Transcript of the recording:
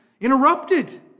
interrupted